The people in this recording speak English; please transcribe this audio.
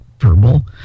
verbal